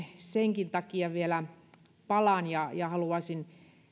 senkin takia vielä palaan ja ja haluaisin